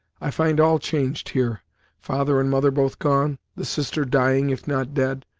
i find all changed here father and mother both gone, the sister dying, if not dead,